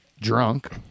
drunk